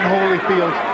Holyfield